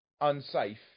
unsafe